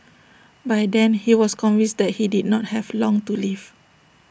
by then he was convinced that he did not have long to live